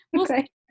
Okay